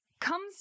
comes